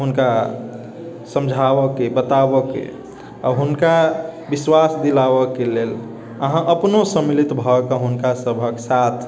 हुनका समझावऽके बतावऽके आओर हुनका विश्वास दिलावऽके लेल अहाँ अपनो सम्मिलित भए कऽ हुनका सभहक साथ